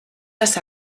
las